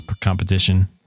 competition